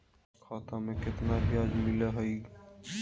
जमा खाता में केतना ब्याज मिलई हई?